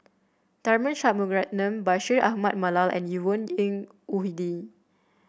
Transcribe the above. Tharman Shanmugaratnam Bashir Ahmad Mallal and Yvonne Ng Uhde